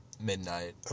midnight